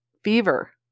Fever